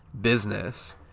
business